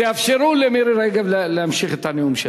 תאפשרו למירי רגב להמשיך את הנאום שלה.